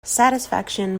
satisfaction